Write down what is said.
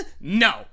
no